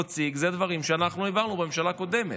הם דברים שאנחנו העברנו בממשלה הקודמת.